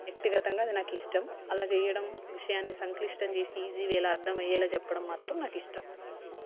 వ్యక్తిగతంగా అది నాకు ఇష్టం అలా చేయడం విషయాన్ని సంక్లిష్టం చేసి ఈజీ వేళ అర్థం అయ్యేలా చెప్పడం మాత్రం నాకు ఇష్టం